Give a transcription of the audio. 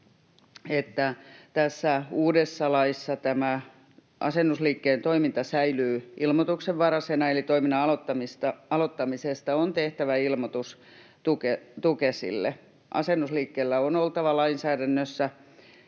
että tässä uudessa laissa asennusliikkeen toiminta säilyy ilmoituksenvaraisena, eli toiminnan aloittamisesta on tehtävä ilmoitus Tukesille. Asennusliikkeellä on oltava laissa